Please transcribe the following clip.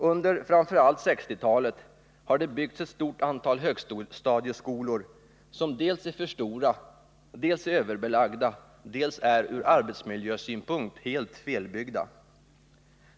Under framför allt 1960-talet har det byggts ett stort antal högstadieskolor, som dels är alldeles för stora, dels är överbelagda och dels är ur arbetsmiljösynpunkt alldeles felbyggda.